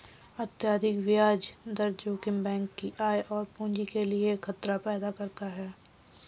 अत्यधिक ब्याज दर जोखिम बैंक की आय और पूंजी के लिए खतरा पैदा करता है